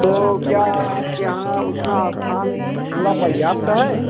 तो क्या आपके यहाँ उतना स्थान पूरा पर्याप्त है